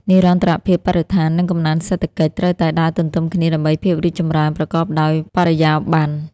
និរន្តរភាពបរិស្ថាន និងកំណើនសេដ្ឋកិច្ច ត្រូវតែដើរទន្ទឹមគ្នាដើម្បីភាពរីកចម្រើនប្រកបដោយបរិយាប័ន្ន។